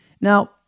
Now